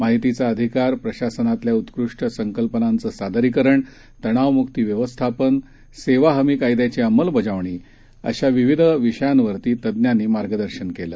माहितीचाअधिकार प्रशासनातल्याउत्कृष्टसंकल्पनांचंसादरीकरण तणावम्क्तीव्यवस्थापन सेवाहमीकायद्याचीअंमलबजावणीअशाविविधविषयांवरतज्ञांनीमार्गदर्शनकेलं